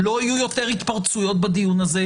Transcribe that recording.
לא יהיו יותר התפרצויות בדיון הזה.